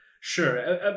sure